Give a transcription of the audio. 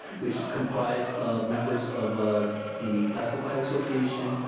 which comprised of members of ah the classified association,